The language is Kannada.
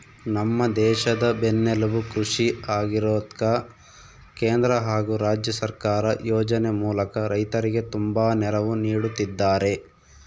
ನಮ್ಮ ದೇಶದ ಬೆನ್ನೆಲುಬು ಕೃಷಿ ಆಗಿರೋದ್ಕ ಕೇಂದ್ರ ಹಾಗು ರಾಜ್ಯ ಸರ್ಕಾರ ಯೋಜನೆ ಮೂಲಕ ರೈತರಿಗೆ ತುಂಬಾ ನೆರವು ನೀಡುತ್ತಿದ್ದಾರೆ